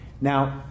now